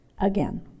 again